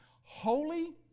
Holy